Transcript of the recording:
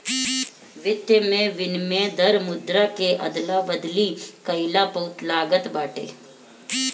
वित्त में विनिमय दर मुद्रा के अदला बदली कईला पअ लागत बाटे